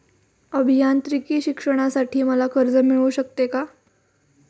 अभियांत्रिकी शिक्षणासाठी मला कर्ज मिळू शकते का?